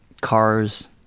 cars